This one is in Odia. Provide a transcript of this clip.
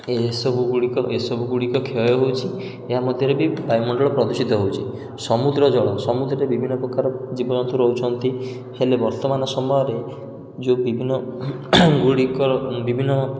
ଏସବୁ ଗୁଡ଼ିକ ଏସବୁ ଗୁଡ଼ିକ କ୍ଷୟ ହେଉଛି ଏହା ମଧ୍ୟରେ ବି ବାୟୁମଣ୍ଡଳ ପ୍ରଦୂଷିତ ହେଉଛି ସମୁଦ୍ର ଜଳ ସମୁଦ୍ରରେ ବିଭିନ୍ନ ପ୍ରକାର ଜୀବଜନ୍ତୁ ରହୁଛନ୍ତି ହେଲେ ବର୍ତ୍ତମାନ ସମୟରେ ଯେଉଁ ବିଭିନ୍ନ ଗୁଡ଼ିକ ବିଭିନ୍ନ